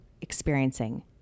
experiencing